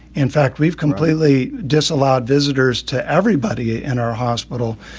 in fact, we've completely disallowed visitors to everybody in our hospital.